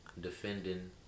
defending